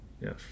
Yes